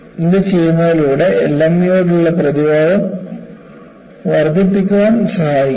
ഇത് ചെയ്യുന്നതിലൂടെ LMEയോടുള്ള പ്രതിരോധം വർദ്ധിപ്പിക്കാൻ സഹായിക്കും